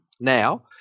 now